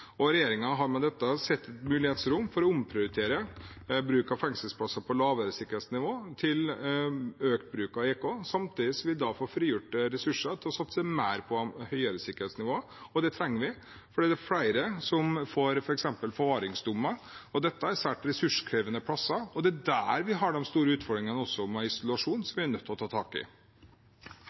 har med dette sett et mulighetsrom for å omprioritere bruk av fengselsplasser med lavere sikkerhetsnivå til økt bruk av EK. Samtidig vil man også få frigjort ressurser til å satse mer på høyere sikkerhetsnivå. Det trenger vi fordi det er flere som f.eks. får forvaringsdommer. Dette er svært ressurskrevende plasser, og det er der vi har de store utfordringene også med isolasjon, som vi er nødt til å ta tak i.